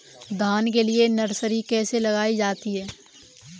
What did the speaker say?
धान के लिए नर्सरी कैसे लगाई जाती है?